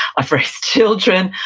i've raised children,